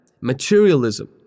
materialism